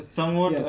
Somewhat